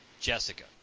Jessica